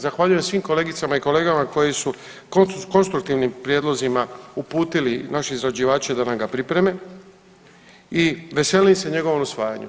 Zahvaljujem svim kolegicama i kolegama koji su konstruktivnim prijedlozima uputila naše izvođače da nam ih pripreme i veselim se njegovom usvajanju.